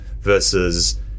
versus